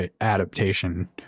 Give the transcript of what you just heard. adaptation